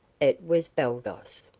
it was baldos!